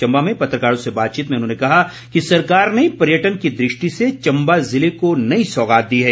चम्बा में पत्रकारों से बातचीत में उन्होंने कहा कि सरकार ने पर्यटन की दृष्टि से चम्बा जिले को नई सौगात दी है